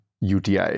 UTI